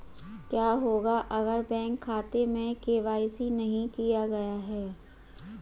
क्या होगा अगर बैंक खाते में के.वाई.सी नहीं किया गया है?